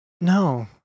No